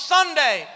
Sunday